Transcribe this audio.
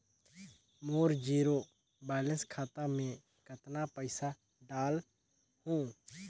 मोर zero balance खाता मे कतना पइसा डाल हूं?